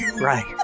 right